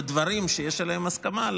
בדברים שיש עליהם הסכמה,